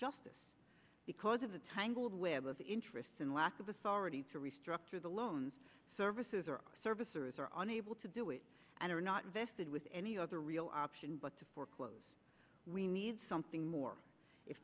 justice because of the tying goal of the web of interests and lack of authority to restructure the loans services or servicers are unable to do it and are not vested with any other real option but to foreclose we need something more if